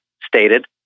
stated